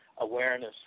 awareness